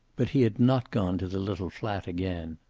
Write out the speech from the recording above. but he had not gone to the little fiat again.